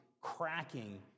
cracking